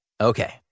Okay